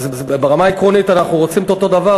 ברמה העקרונית אנחנו רוצים את אותו דבר,